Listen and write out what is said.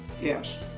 Yes